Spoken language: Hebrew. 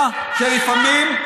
יודע שלפעמים,